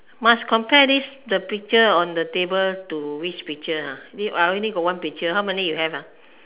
must compare this the picture on the table to which picture ah this I only got one picture how many you have ah